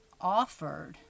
offered